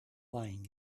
lying